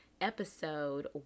episode